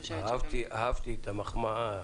אהבתי את המחמאה.